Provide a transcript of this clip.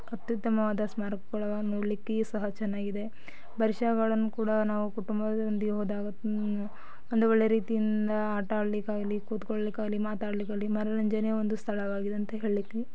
ಅತ್ಯುತ್ತಮವಾದ ಸ್ಮಾರಕಗಳಿವೆ ನೋಡ್ಲಿಕ್ಕೆ ಸಹ ಚೆನ್ನಾಗಿದೆ ಬರೀದ್ ಶಾ ಗಾರ್ಡನ್ ಕೂಡ ನಾವು ಕುಟುಂಬದೊಂದಿಗೆ ಹೋದಾಗ ಒಂದು ಒಳ್ಳೆ ರೀತಿಯಿಂದ ಆಟ ಆಡಲಿಕ್ಕಾಗಲಿ ಕೂತ್ಕೊಳ್ಳಿಕ್ಕಾಗಲಿ ಮಾತಾಡ್ಲಿಕ್ಕಾಗಲಿ ಮನೋರಂಜನೆ ಒಂದು ಸ್ಥಳವಾಗಿದೆ ಅಂತ ಹೇಳಲಿಕ್ಕೆ